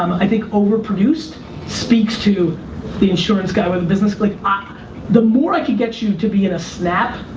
i think over-produced speaks to the insurance guy with a business. like ah the more i could get you to be in a snap,